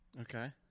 Okay